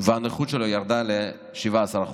הנכות שלו ירדה ל-17%.